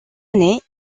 année